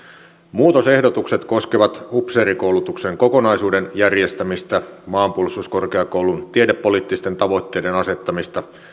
muutosehdotukset koskevat upseerikoulutuksen kokonaisuuden järjestämistä maanpuolustuskorkeakoulun tiedepoliittisten tavoitteiden asettamista